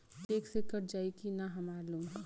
Check से कट जाई की ना हमार लोन?